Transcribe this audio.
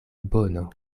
bono